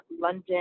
London